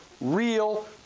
real